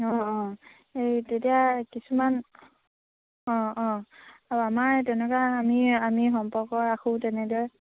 অঁ অঁ এই তেতিয়া কিছুমান অঁ অঁ আৰু আমাৰ তেনেকুৱা আমি আমি সম্পৰ্ক ৰাখোঁ তেনেদৰে